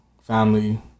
family